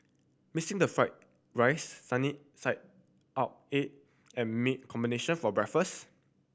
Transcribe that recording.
missing the fried rice sunny side up egg and meat combination for breakfast